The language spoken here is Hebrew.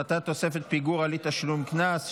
הפחתת תוספת הפיגור על אי-תשלום קנס),